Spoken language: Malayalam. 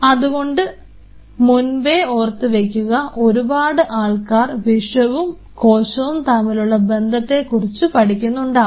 അതുകൊണ്ട് മുൻപേ ഓർത്തു വയ്ക്കുക ഒരുപാട് ആൾക്കാർ വിഷവും കോശവും തമ്മിലുള്ള ബന്ധത്തെക്കുറിച്ച് കുറിച്ച് പഠിക്കുന്നുണ്ടാവും